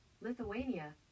Lithuania